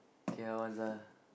K_L once ah